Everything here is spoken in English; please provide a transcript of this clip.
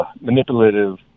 manipulative